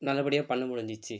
நல்லபடியாக பண்ண முடிஞ்சுச்சு